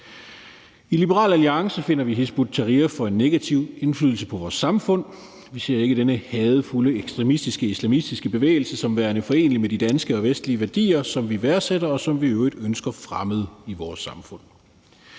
I Liberal Alliance finder vi, at Hizb ut-Tahrir har en negativ indflydelse på vores samfund. Vi ser ikke denne hadefulde, ekstremistiske og islamistiskebevægelse som værende forenelig med de danske og vestlige værdier, som vi værdsætter, og som vi i øvrigt ønsker fremmet i vores samfund.